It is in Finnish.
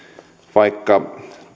vaikka